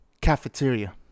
Cafeteria